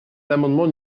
l’amendement